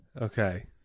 Okay